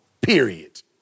period